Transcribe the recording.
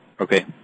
Okay